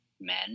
men